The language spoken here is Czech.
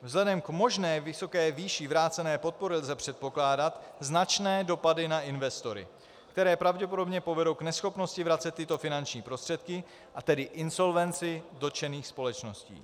Vzhledem k možné vysoké výši vrácené podpory lze předpokládat značné dopady na investory, které pravděpodobně povedou k neschopnosti vracet tyto finanční prostředky, a tedy insolvenci dotčených společností.